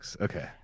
Okay